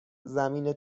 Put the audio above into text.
زمین